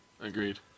Agreed